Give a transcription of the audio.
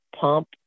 pump